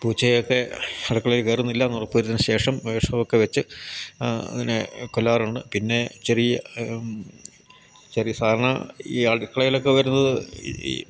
പൂച്ചയെയൊക്കെ അടുക്കളയിൽ കയറുന്നില്ലയെന്ന് ഉറപ്പുവരുത്തിയതിനുശേഷം വിഷമൊക്കെ വെച്ച് അതിനെ കൊല്ലാറുണ്ട് പിന്നെ ചെറിയ ചെറിയ സാധാരണ ഈ അടുക്കളയിലൊക്കെ വരുന്നത് ഈ